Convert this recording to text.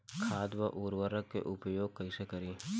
खाद व उर्वरक के उपयोग कइसे करी?